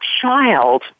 child